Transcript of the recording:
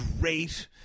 great –